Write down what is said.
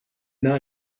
not